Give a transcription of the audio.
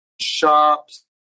shops